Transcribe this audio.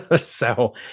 So-